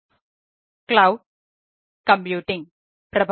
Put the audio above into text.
Cloud Computing cloud computing Prof